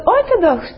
Orthodox